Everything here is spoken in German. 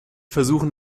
versuchen